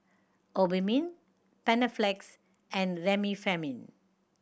Obimin Panaflex and Remifemin